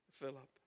Philip